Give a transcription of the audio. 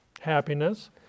happiness